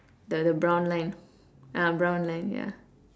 the the brown line ah brown line ya